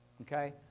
Okay